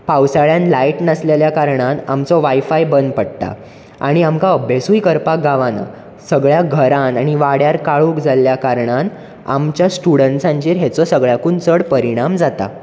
पावसाळ्यांन light नासलेल्या कारणान आमचो वायफाय बंद पडटा आनी आमकां अभ्यासूय करपाक गावना सगळ्या घरान आमी वाड्यार काळोख जाल्ल्या कारणान आमच्या स्टुडणट्साचेर हेजो सगळ्याकून चड परिणाम जाता